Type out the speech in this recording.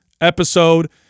episode